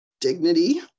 dignity